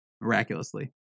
miraculously